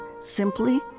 simply